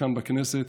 כאן בכנסת.